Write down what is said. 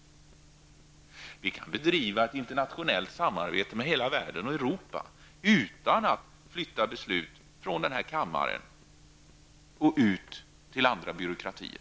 Vi kan bedriva ett internationellt samarbete, ett samarbete med Europa och hela övriga världen, utan att besluten för den skull behöver flyttas från riksdagens kammare till andra byråkratier.